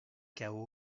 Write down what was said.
cao